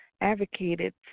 advocated